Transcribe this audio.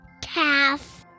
Calf